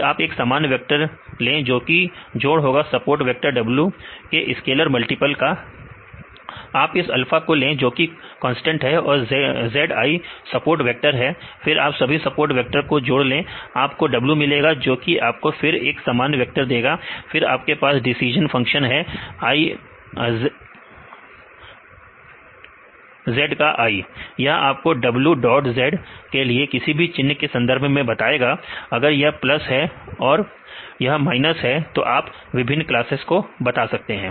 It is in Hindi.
फिर आप एक सामान्य वेक्टर ले जोकि जोड़ होगा सपोर्ट वेक्टर w के स्केलर मल्टीपल का आप इस अल्फा को ले जोकि कांस्टेंट है और zi सपोर्ट वेक्टर है फिर आप सभी सपोर्ट वेक्टर का जोड़ लें आप को w मिलेगा जो कि आपको फिर एक सामान्य वेक्टर देगा फिर आपके पास डिसीजन फंक्शन है i of z यह आपको w डॉट z के लिए किसी भी चिन्ह के संदर्भ में बताएगा अगर यह पलस है और यह माइनस है तो आप विभिन्न क्लासेस को बता सकते हैं